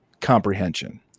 comprehension